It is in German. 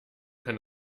kann